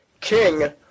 King